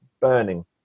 burning